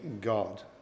God